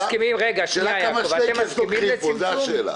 כמה שלייקס לוקחים פה, זאת השאלה.